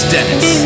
Dennis